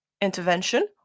intervention